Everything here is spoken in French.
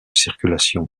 circulation